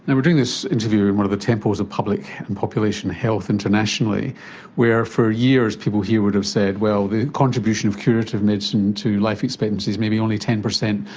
and we're doing this interview in one of the temples of public and population health internationally where for years people here would have said, well, the contribution of curative medicine to life expectancy is maybe only ten percent,